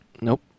Nope